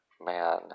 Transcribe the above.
man